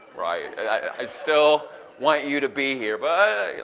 right? i still want you to be here. but.